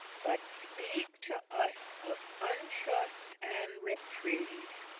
but speak to us of untrust and repreve.